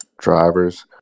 drivers